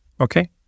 Okay